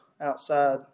outside